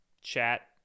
chat